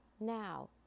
Now